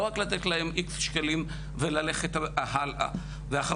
לא רק לתת להם איקס שקלים וללכת הלאה ואחרון,